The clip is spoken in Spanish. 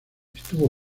estuvo